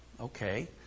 okay